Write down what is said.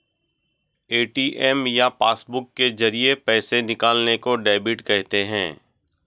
ATM या passbook के जरिये पैसे निकालने को डेबिट कहते हैं